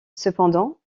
cependant